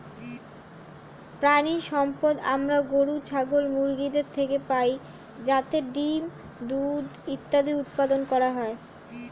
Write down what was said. প্রাণিসম্পদ আমরা গরু, ছাগল, মুরগিদের থেকে পাই যাতে ডিম্, দুধ ইত্যাদি উৎপাদন হয়